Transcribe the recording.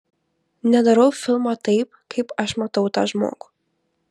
nedarau filmo taip kaip aš matau tą žmogų